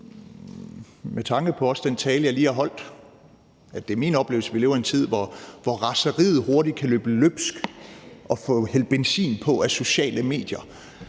med tanke på den tale, jeg lige har holdt, om, at det er min oplevelse, at vi lever i en tid, hvor raseriet hurtigt kan løbe løbsk og få hældt benzin på via sociale medier,